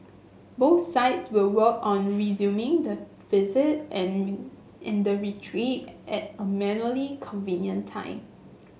both sides will work on resuming the visit and and the retreat at a convenient time